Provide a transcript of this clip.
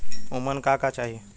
उमन का का चाही?